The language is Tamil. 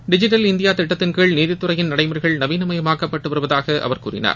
டிஜிட்டல் இந்தியா திட்டத்தின் கீழ் நீதித்துறையின் நடைமுறைகள் நவீன மயமாக்கப்பட்டு வருவதாக அவர் கூறினார்